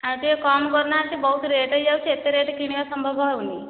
ଆଉ ଟିକିଏ କମ୍ କରୁନାହାନ୍ତି ବହୁତ ରେଟ୍ ହୋଇଯାଉଛି ଏତେ ରେଟ୍ କିଣିବା ସମ୍ଭବ ହେଉନି